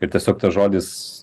ir tiesiog tas žodis